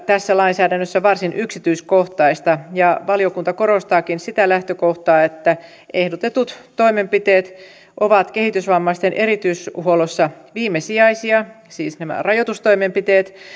tässä lainsäädännössä varsin yksityiskohtaista valiokunta korostaakin sitä lähtökohtaa että ehdotetut toimenpiteet ovat kehitysvammaisten erityishuollossa viimesijaisia siis nämä rajoitustoimenpiteet